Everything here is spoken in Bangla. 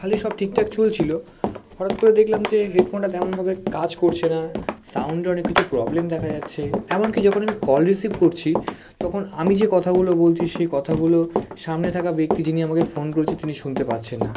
ভালোই সব ঠিকঠাক চলছিল হঠাৎ করে দেখলাম যে হেডফোনটা তেমনভাবে কাজ করছে না সাউণ্ডের অনেক কিছু প্রবলেম দেখা যাচ্ছে এমনকি যখন আমি কল রিসিভ করছি তখন আমি যে কথাগুলো বলছি সেই কথাগুলো সামনে থাকা ব্যক্তি যিনি আমাকে ফোন করেছে তিনি শুনতে পাচ্ছেন না